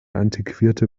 antiquerte